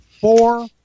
Four